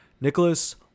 Nicholas